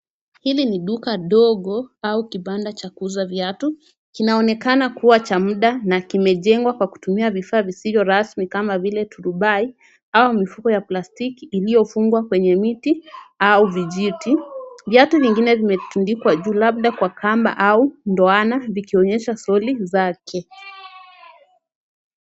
Hili ni duka dogo au kibanda cha kuuza viatu ,kinaonekana kuwa cha muda na kimejengwa kwa kutumia vifaa visivyo rasmi kama vile turubai ama mifuko ya plastiki iliyofungwa kwenye miti au vijiti .Viatu vingine vimetundikwa juu labda kwa kamba au ndoana zikionyesha soli zake.